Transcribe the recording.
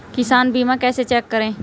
किसान बीमा कैसे चेक करें?